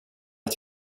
att